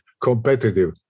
competitive